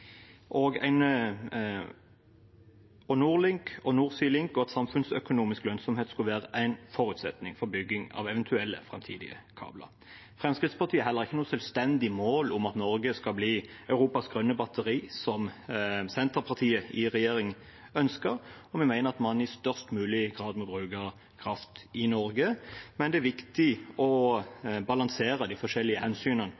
og at NordLink og North Sea Link og samfunnsøkonomisk lønnsomhet skulle være en forutsetning for bygging av eventuelle framtidige kabler. Fremskrittspartiet har heller ikke noe selvstendig mål om at Norge skal bli Europas grønne batteri, som Senterpartiet i regjering ønsker, og vi mener at man i størst mulig grad må bruke kraft i Norge. Men det er viktig å balansere de forskjellige hensynene